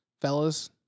Fellas